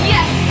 Yes